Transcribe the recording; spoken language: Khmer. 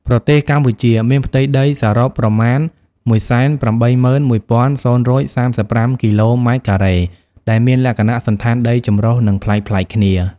ប្រទេសកម្ពុជា មានផ្ទៃដីសរុបប្រមាណ ១៨១.០៣៥ គីឡូម៉ែត្រការ៉េ ដែលមានលក្ខណៈសណ្ឋានដីចម្រុះ និងប្លែកៗគ្នា។